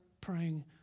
praying